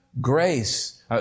Grace